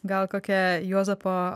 gal kokia juozapo